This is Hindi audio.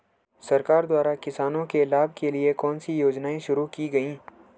सरकार द्वारा किसानों के लाभ के लिए कौन सी योजनाएँ शुरू की गईं?